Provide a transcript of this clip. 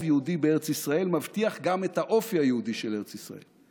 יהודי בארץ ישראל מבטיח גם את האופי היהודי של ארץ ישראל.